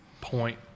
point